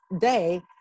day